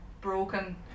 broken